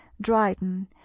dryden